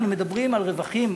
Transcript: אנחנו מדברים על רווחים,